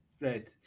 Right